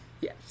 Yes